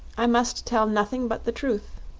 i must tell nothing but the truth.